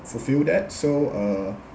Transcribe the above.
fulfill that so uh